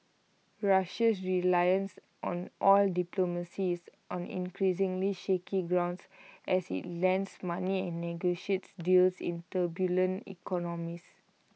Russia's reliance on oil diplomacy is on increasingly shaky grounds as IT lends money and negotiates deals in turbulent economies